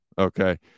Okay